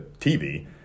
TV